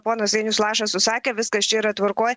ponas ainius lašas susakė viskas čia yra tvarkoj